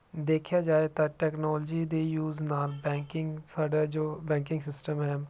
ਦੇਖਿਆ ਜਾਏ ਤਾਂ ਟੈਕਨੋਲਜੀ ਦੇ ਯੂਜ਼ ਨਾਲ ਬੈਂਕਿੰਗ ਸਾਡਾ ਜੋ ਬੈਂਕਿੰਗ ਸਿਸਟਮ ਹੈ